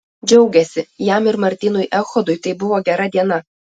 džiaugėsi jam ir martynui echodui tai buvo gera diena